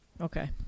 Okay